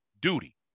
duty